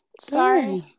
sorry